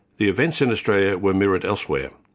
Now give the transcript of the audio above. the events in australia were mirrored elsewhere.